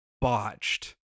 botched